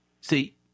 See